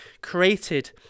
created